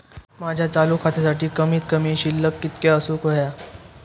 माझ्या चालू खात्यासाठी कमित कमी शिल्लक कितक्या असूक होया?